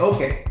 Okay